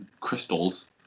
crystals